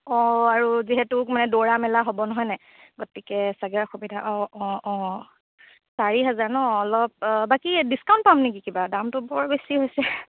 অ' আৰু যিহেতু মানে দৌৰা মেলা হ'ব হয় নাই গতিকে ছাগে অসুবিধা অ' অ' অ' চাৰি হেজাৰ ন অলপ বাকী ডিছকাউণ্ট পাম নেকি কিবা দামটো বৰ বেছি হৈছে